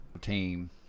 team